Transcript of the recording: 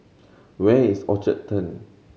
where is Orchard Turn